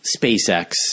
SpaceX